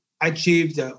achieved